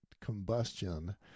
combustion